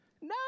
No